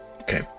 Okay